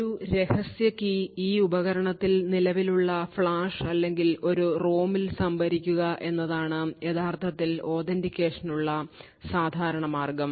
ഒരു രഹസ്യ കീ ഈ ഉപകരണത്തിൽ നിലവിലുള്ള ഫ്ലാഷ് അല്ലെങ്കിൽ ഒരു റോമിൽ സംഭരിക്കുക എന്നതാണ് യഥാർത്ഥത്തിൽ authentication നുള്ള സാധാരണ മാർഗം